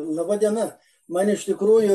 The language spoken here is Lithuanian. laba diena man iš tikrųjų